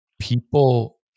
people